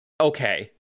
okay